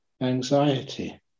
Anxiety